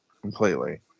completely